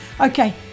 Okay